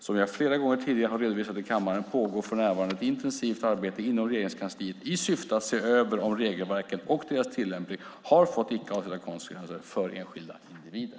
Som jag flera gånger tidigare har redovisat i kammaren pågår för närvarande ett intensivt arbete inom Regeringskansliet i syfte att se över om regelverken och deras tillämpning har fått icke avsedda konsekvenser för enskilda individer.